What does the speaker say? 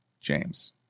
James